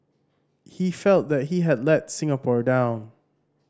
he felt that he had let Singapore down